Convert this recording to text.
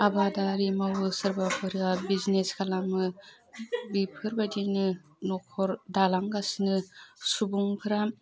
आबादारि मावो सोरबाफोरा बिजिनेस खालामो बेफोरबायदि नखर दालांगासिनो सुबुंफ्रा